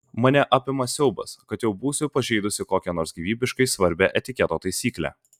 mane apima siaubas kad jau būsiu pažeidusi kokią nors gyvybiškai svarbią etiketo taisyklę